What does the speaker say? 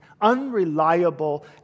unreliable